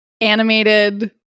animated